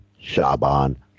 shaban